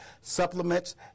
supplements